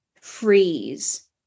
freeze